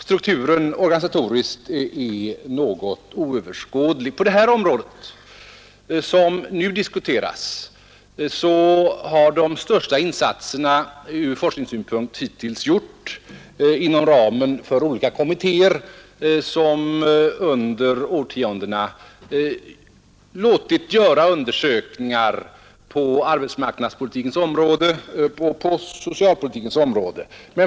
Den organisatoriska strukturen är därför något oöverskådligt. På det område som nu diskuteras har de största insatserna ur forskningssynpunkt hittills gjorts inom ramen för olika kommittéer, som under årtiondena låtit göra undersökningar på arbetsmarknadspolitikens och socialpolitikens områden.